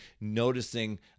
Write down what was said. noticing